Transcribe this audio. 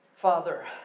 Father